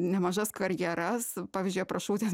nemažas karjeras pavyzdžiui aprašau ties